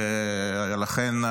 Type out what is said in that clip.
ולכן,